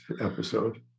episode